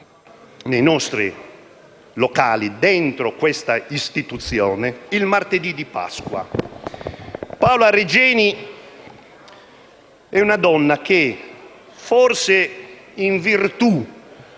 Senato, in questa istituzione, il martedì di Pasqua. Paola Regeni è una donna che, forse in virtù